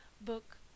book